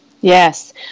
Yes